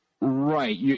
Right